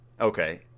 Okay